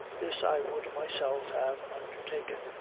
this i would myself have undertaken,